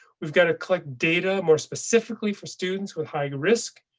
we've got to collect data more specifically for students with high risk.